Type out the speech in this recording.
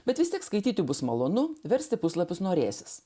bet vis tik skaityti bus malonu versti puslapius norėsis